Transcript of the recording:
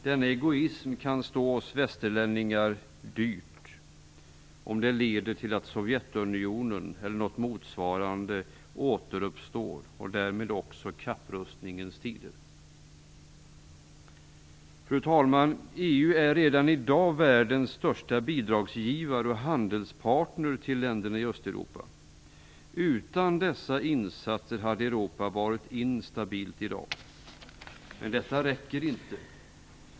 Denna egoism kan stå oss västerlänningar dyrt om det leder till att Sovjetunionen eller något motsvarande återuppstår, och därmed också kapprustningens tider. Fru talman! EU är redan i dag världens största bidragsgivare och handelspartner till länderna i Östeuropa. Utan dessa insatser hade Europa varit instabilt i dag. Men detta räcker inte.